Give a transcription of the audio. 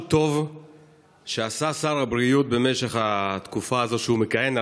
טוב שעשה שר הבריאות במשך התקופה הזאת שהוא מכהן.